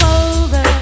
over